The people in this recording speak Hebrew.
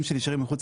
זה נכנס לספאם.